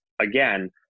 again